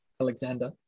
Alexander